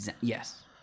Yes